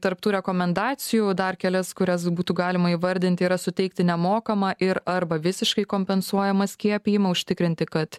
tarp tų rekomendacijų dar kelias kurias būtų galima įvardinti yra suteikti nemokamą ir arba visiškai kompensuojamą skiepijimą užtikrinti kad